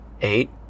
eight